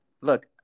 look